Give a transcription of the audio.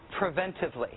preventively